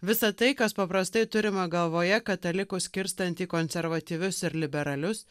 visa tai kas paprastai turima galvoje katalikų skirstant į konservatyvius ir liberalius